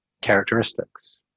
characteristics